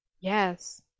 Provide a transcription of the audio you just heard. Yes